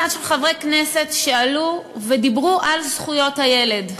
מצעד של חברי כנסת שעלו ודיברו על זכויות הילד,